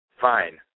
Fine